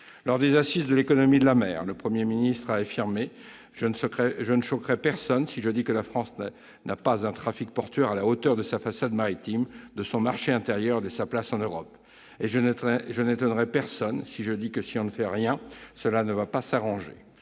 Lors des assises de l'économie de la mer, le Premier ministre a affirmé :« Je ne choquerai personne si je dis que la France n'a pas un trafic portuaire à la hauteur de sa façade maritime, de son marché intérieur et de sa place en Europe. Et je n'étonnerai personne si je dis que si l'on ne fait rien, cela ne va pas s'arranger. »